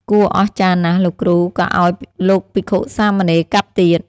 គួរអស្ចារ្យណាស់, លោកគ្រូ ក៏ឲ្យលោកភិក្ខុ-សាមណេរកាប់ទៀត ។